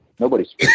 nobody's